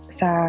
sa